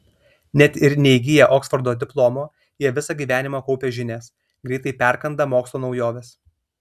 net ir neįgiję oksfordo diplomo jie visą gyvenimą kaupia žinias greitai perkanda mokslo naujoves